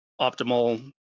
optimal